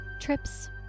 trips